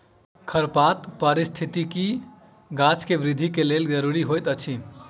खरपात पारिस्थितिकी गाछ के वृद्धि के लेल ज़रूरी होइत अछि